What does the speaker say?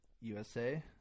USA